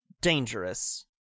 dangerous